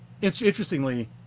interestingly